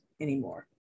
anymore